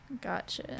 Gotcha